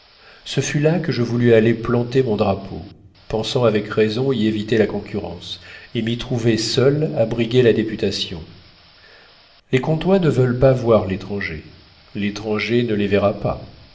ce fut là que je voulus aller planter mon drapeau pensant avec raison y éviter la concurrence et m'y trouver seul à briguer la députation les comtois ne veulent pas voir l'étranger l'étranger ne les verra pas